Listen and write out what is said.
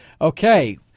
Okay